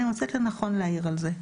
ואני מוצאת לנכון להעיר על זה.